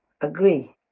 agree